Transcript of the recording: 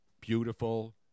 beautiful